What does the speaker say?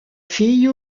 fille